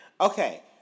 Okay